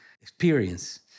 experience